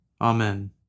Amen